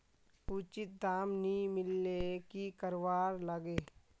उचित दाम नि मिलले की करवार लगे?